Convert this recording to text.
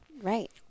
Right